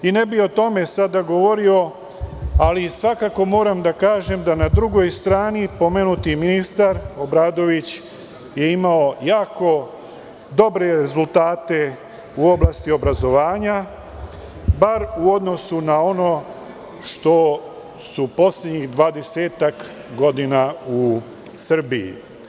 Ne bih o tome sada govorio, ali svakako moram da kažem da je na drugoj strani pomenuti ministar Obradović imao jako dobre rezultate u oblasti obrazovanja, bar u odnosu na ono što su poslednjih dvadesetak godina u Srbiji.